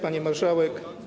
Pani Marszałek!